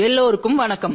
எல்லோருக்கும் வணக்கம்